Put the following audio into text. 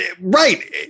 right